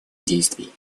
действий